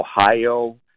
ohio